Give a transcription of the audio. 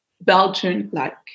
Belgian-like